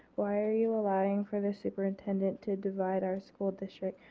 why are you allowing for the superintendent to divide our school district.